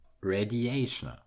radiation